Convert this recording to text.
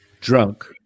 drunk